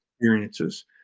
experiences